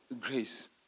grace